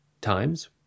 times